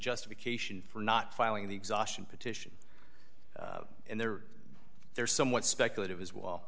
justification for not filing the exhaustion petition and they're they're somewhat speculative as well